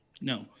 No